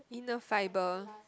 inner fibre